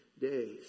days